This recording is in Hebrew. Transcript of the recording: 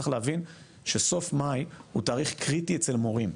צריך להבין שסוף מאי הוא תאריך קריטי אצל מורים.